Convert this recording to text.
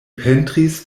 pentris